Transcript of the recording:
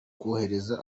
kohereza